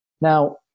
Now